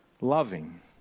loving